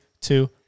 two